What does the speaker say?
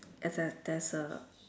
as a there's a